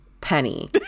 Penny